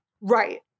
Right